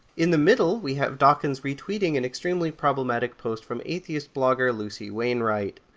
in the middle we have dawkins retweeting an extremely problematic post from athiest blogger lucy wainright.